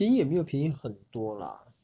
便宜也没有便宜很多啦